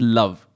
love